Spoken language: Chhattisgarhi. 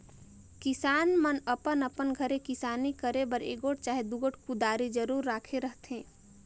किसान मन अपन अपन घरे किसानी करे बर एगोट चहे दुगोट कुदारी जरूर राखे रहथे